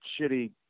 shitty